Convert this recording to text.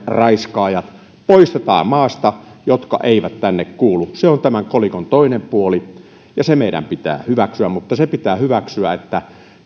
raiskaajat poistetaan maasta jotka eivät tänne kuulu se on tämän kolikon toinen puoli ja se meidän pitää hyväksyä mutta se pitää hyväksyä että